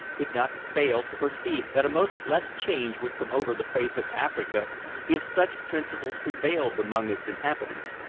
could not fail to perceive that a most blessed change would come over the face of africa if such principles prevailed among its inhabitants,